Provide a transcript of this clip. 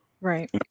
Right